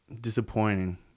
disappointing